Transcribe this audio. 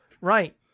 Right